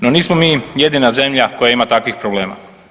No, nismo mi jedina zemlja koja ima takvih problema.